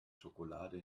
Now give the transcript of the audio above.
schokolade